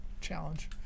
challenge